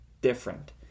different